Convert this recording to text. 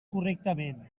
correctament